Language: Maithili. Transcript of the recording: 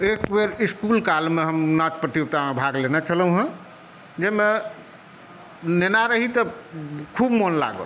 एकबेर इस्कूल कालमे हम नाच प्रतियोगितामे भाग लेने छलहुँ हेँ जाहिमे नेना रही तऽ खूब मोन लागल